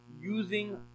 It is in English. using